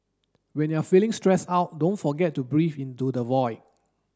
when you are feeling stressed out don't forget to breathe into the void